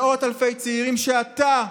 מאות אלפי צעירים שאתה,